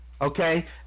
okay